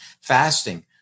fasting